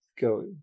Go